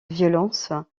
violence